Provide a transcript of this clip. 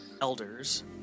elders